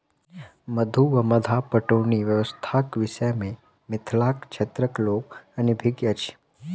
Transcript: मद्दु वा मद्दा पटौनी व्यवस्थाक विषय मे मिथिला क्षेत्रक लोक अनभिज्ञ अछि